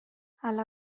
ala